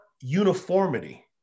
uniformity